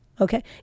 Okay